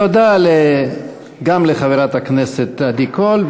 תודה לחברת הכנסת עדי קול,